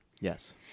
Yes